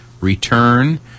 return